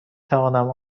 توانم